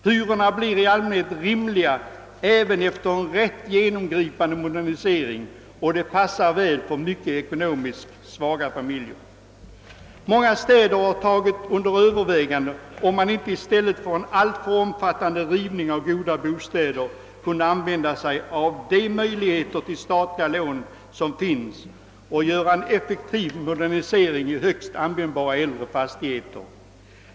Hyrorna blir i allmänhet rimliga även efter rätt genomgripande moderniseringar, och sådana lägenheter skulle därför passa väl för många ekonomiskt svaga familjer. Många städer har tagit under övervägande om man inte i stället för en alltför omfattande rivning av goda bostäder kunde använda sig av de möjligheter till statliga lån som finns och göra en effektiv modernisering av högst användbara äldre fastigheter.